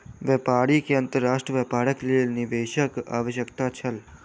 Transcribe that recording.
व्यापारी के अंतर्राष्ट्रीय व्यापारक लेल निवेशकक आवश्यकता छल